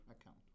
account